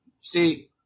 See